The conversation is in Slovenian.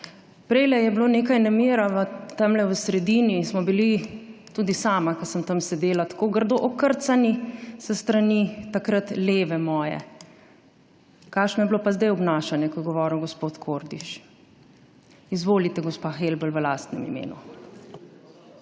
Prejle je bilo nekaj nemira. Tamle v sredini smo bili, tudi sama, ko sem tam sedela, tako grdo okrcani s strani takrat moje leve. Kakšno je bilo pa zdaj obnašanje, ko je govoril gospod Kordiš? Izvolite, gospa Helbl, v lastnem imenu.